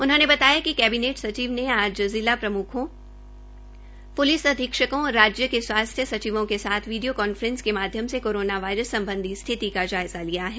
उन्होंने बताया कि कैबिनेट सचिव ने आज जिला प्रम्खों प्लिस अधीक्षकों और राज्य के स्वास्थ्य सचिवों के साथ वीडियों कांफ्रेस के माध्य से कोरोना वायरस सम्बधी स्थिति का जायज़ा लिया है